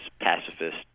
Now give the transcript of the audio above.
pacifist